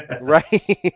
right